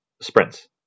sprints